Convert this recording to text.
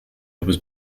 was